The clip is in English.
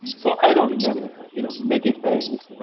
so i don't remember you know many things.